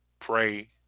pray